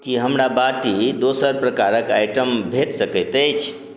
की हमरा बाटी दोसर प्रकारक आइटम भेट सकैत अछि